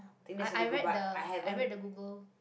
I I read the I read the Google